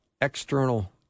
external